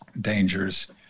dangers